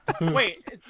Wait